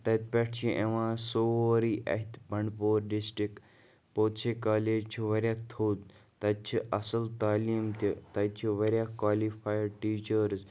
تَتہِ پٮ۪ٹھ چھُ یِوان سورُے اَتھِ بنڈپوٗر ڈِسٹرک پوٚت شیے کالج چھُ واریاہ تھوٚد تَتہِ چھِ اَصٕل تعلیٖم تہِ تَتہِ چھِ واریاہ کالِفیڈ ٹیٖچٲرٕس